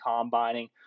combining